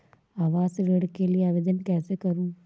आवास ऋण के लिए आवेदन कैसे करुँ?